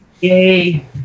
yay